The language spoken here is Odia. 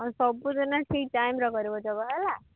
ଆଉ ସବୁଦିନ ଠିକ୍ ଟାଇମ୍ରେ କରିବ ଯୋଗ ହେଲା